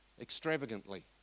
extravagantly